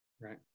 right